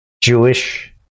Jewish